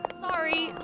Sorry